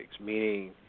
meaning